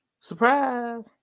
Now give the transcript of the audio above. Surprise